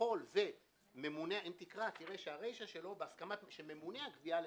אם תקרא תראה שהרישה שלו בהסכמת הממונה על הגבייה.